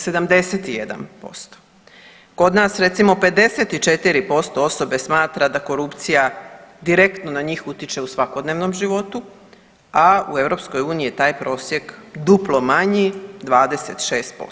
Kod nas recimo 54% osobe smatra da korupcija direktno na njih utječe u svakodnevnom životu, a u EU je taj prosjek duplo manji, 26%